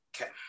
Okay